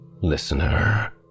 Listener